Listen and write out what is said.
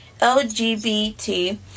LGBT